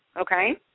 Okay